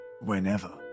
whenever